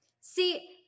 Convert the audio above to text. See